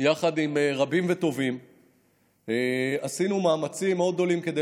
יחד עם רבים וטובים עשינו מאמצים מאוד גדולים כדי